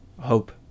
hope